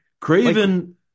Craven